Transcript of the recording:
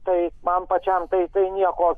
tai man pačiam tai tai nieko